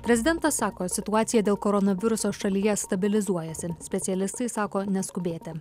prezidentas sako situacija dėl koronaviruso šalyje stabilizuojasi specialistai sako neskubėti